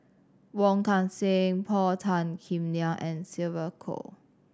Wong Kan Seng Paul Tan Kim Liang and Sylvia Kho